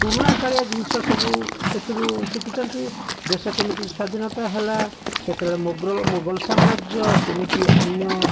ପୁରୁଣାକାଳିଆ ଜିନିଷ ସବୁ ସେଥିରୁ ଶିଖିଛନ୍ତି ଦେଶ କେମିତି ସ୍ଵାଧୀନତା ହେଲା ସେତେବେଳେ ମୋଗଲ ସାମ୍ରାଜ୍ୟ କେମିତି ଅନ୍ୟ